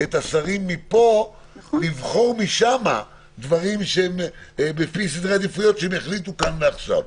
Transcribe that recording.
את השרים פה לבחור משם לפי סדרי עדיפויות שהם יחליטו כאן ועכשיו.